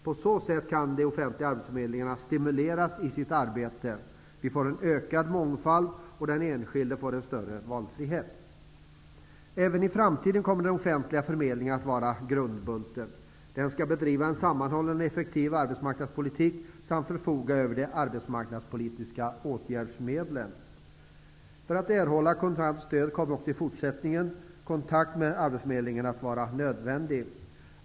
På så sätt kan de offentliga arbetsförmedlingarna stimuleras i sitt arbete. Vi får en ökad mångfald, och den enskilde får en större valfrihet. Även i framtiden kommer den offentliga förmedlingen att vara grundbulten. Den skall bedriva en sammanhållen och effektiv arbetsmarknadspolitik samt förfoga över de arbetsmarknadspolitiska åtgärdsmedlen. För att erhålla kontant stöd kommer också i fortsättningen kontakt med arbetsförmedlingen att vara nödvändig.